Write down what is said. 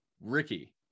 Ricky